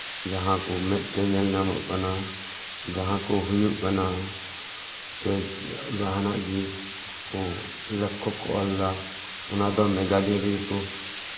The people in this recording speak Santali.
ᱡᱟᱸᱦᱟ ᱠᱚ ᱢᱮᱫᱛᱮ ᱧᱮᱞ ᱧᱟᱢᱚᱜ ᱠᱟᱱᱟ ᱡᱟᱸᱦᱟ ᱠᱚ ᱦᱩᱭᱩᱜ ᱠᱟᱱᱟ ᱥᱮ ᱡᱟᱸᱦᱟᱱᱟᱜ ᱜᱮᱠᱚ ᱞᱮᱠᱷᱚᱠ ᱠᱚ ᱚᱞ ᱫᱟ ᱚᱱᱟ ᱫᱚ ᱢᱮᱜᱟᱡᱤᱱ ᱨᱮᱜᱮ ᱠᱚ